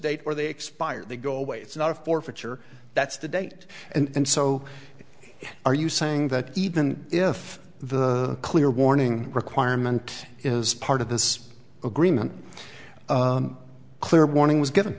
date or they expire they go away it's not a forfeiture that's the date and so are you saying that even if the clear warning requirement is part of this agreement clear warning was given